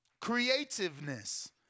creativeness